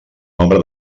nombre